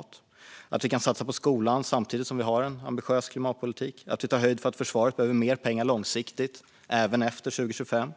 Det handlar om att vi kan satsa på skolan samtidigt som vi har en ambitiös klimatpolitik. Det handlar om att vi tar höjd för att försvaret behöver mer pengar långsiktigt, även efter 2025.